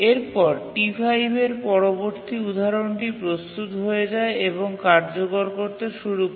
এরপর T5 এর পরবর্তী উদাহরণটি প্রস্তুত হয়ে যায় এবং কার্যকর করতে শুরু করে